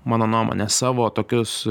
mano nuomone savo tokius